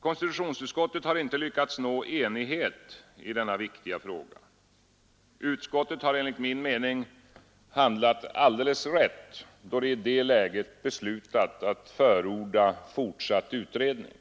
Konstitutionsutskottet har inte lyckats nå enighet i denna viktiga fråga. Utskottet har enligt min mening handlat alldeles rätt, då det i detta läge beslutat att förorda fortsatt utredning.